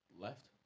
left